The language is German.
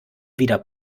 wieder